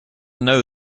know